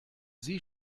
sie